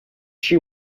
she